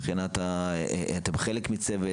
אתם חלק מצוות?